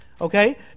Okay